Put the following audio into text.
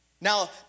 Now